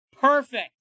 Perfect